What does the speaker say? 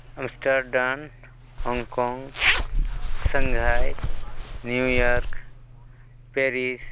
Amsterdam Hong Kong Shanghai New York Paris